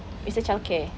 it's a child care